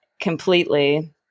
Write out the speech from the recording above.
completely